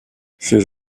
ces